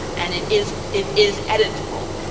and it is it is editable.